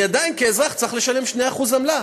אני עדיין כאזרח צריך לשלם 2% עמלה?